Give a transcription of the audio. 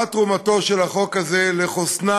מה תרומתו של החוק הזה לחוסנה